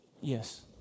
Yes